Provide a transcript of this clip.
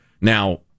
Now